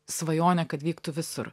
svajonę kad vyktų visur